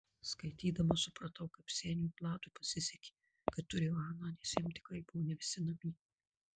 skaitydama supratau kaip seniui vladui pasisekė kad turėjo aną nes jam tikrai buvo ne visi namie